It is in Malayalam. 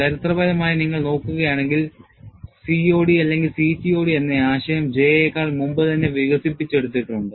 ചരിത്രപരമായി നിങ്ങൾ നോക്കുകയാണെങ്കിൽ COD അല്ലെങ്കിൽ CTOD എന്ന ആശയം J യേക്കാൾ മുമ്പുതന്നെ വികസിപ്പിച്ചെടുത്തിട്ടുണ്ട്